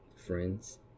friends